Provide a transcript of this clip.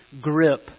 grip